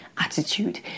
attitude